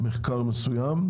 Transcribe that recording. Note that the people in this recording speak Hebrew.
מחקר מסוים.